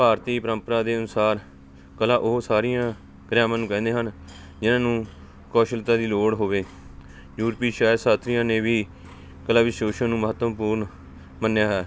ਭਾਰਤੀ ਪ੍ਰੰਪਰਾ ਦੇ ਅਨੁਸਾਰ ਕਲਾ ਉਹ ਸਾਰੀਆਂ ਕਿਰਿਆਵਾਂ ਨੂੰ ਕਹਿੰਦੇ ਹਨ ਜਿਹਨਾਂ ਨੂੰ ਕੌਸ਼ਲਤਾ ਦੀ ਲੋੜ ਹੋਵੇ ਯੂਰਪੀ ਸ਼ਾਇਦ ਸਾਥੀਆਂ ਨੇ ਵੀ ਕਲਾ ਨੂੰ ਮਹੱਤਵਪੂਰਨ ਮੰਨਿਆ ਹੈ